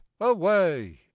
away